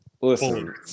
Listen